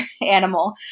animal